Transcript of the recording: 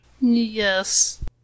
Yes